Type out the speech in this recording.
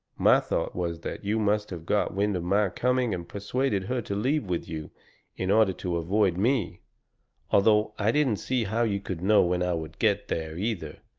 my thought was that you must have got wind of my coming and persuaded her to leave with you in order to avoid me although i didn't see how you could know when i would get there, either,